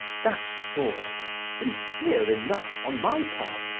that thought, sincere enough on my part,